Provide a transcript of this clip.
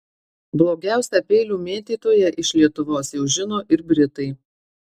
blogiausią peilių mėtytoją iš lietuvos jau žino ir britai